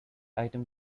item